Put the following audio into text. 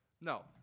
No